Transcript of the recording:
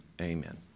amen